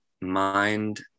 mind